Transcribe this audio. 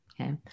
okay